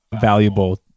valuable